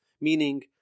meaning